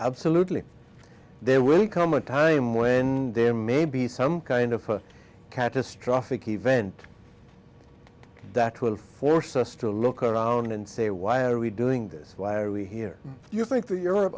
absolutely there will come a time when there may be some kind of catastrophic event that will force us to look around and say why are we doing this why are we here do you think that europe